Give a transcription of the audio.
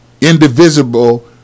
indivisible